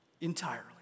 Entirely